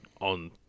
on